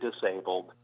disabled